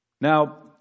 Now